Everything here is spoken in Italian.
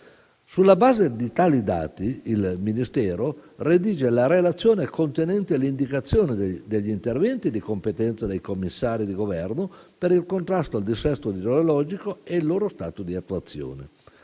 Sulla base di tali dati, il Ministero redige la relazione contenente l'indicazione degli interventi di competenza dei commissari di Governo per il contrasto al dissesto idrogeologico e il loro stato di attuazione.